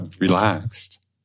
relaxed